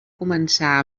començar